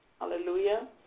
Hallelujah